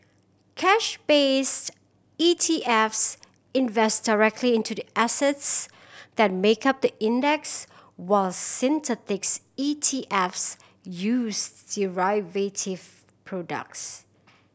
cash based E T Fs invest directly into the assets that make up the index while synthetic E T Fs use derivative products